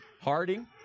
Harding